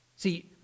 See